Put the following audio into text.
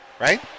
right